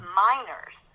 minors